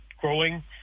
growing